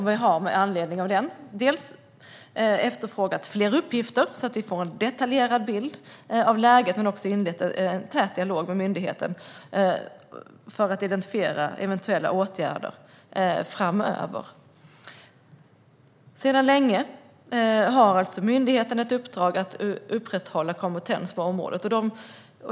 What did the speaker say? Vi har med anledning av detta efterfrågat fler uppgifter, så att vi får en detaljerad bild av läget, men också inlett en tät dialog med myndigheten för att identifiera behov av eventuella åtgärder framöver. Sedan länge har alltså myndigheten ett uppdrag att upprätthålla kompetens på området.